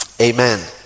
amen